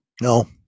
No